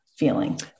feeling